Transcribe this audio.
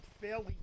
fairly